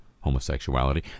homosexuality